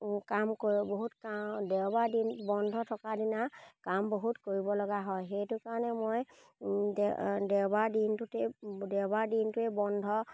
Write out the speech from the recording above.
কাম কৰি বহুত কাম দেওবাৰ দিন বন্ধ থকা দিনা কাম বহুত কৰিব লগা হয় সেইটো কাৰণে মই দেওবাৰ দিনটোতে দেওবাৰ দিনটোৱে বন্ধ